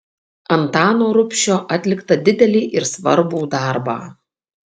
antano rubšio atliktą didelį ir svarbų darbą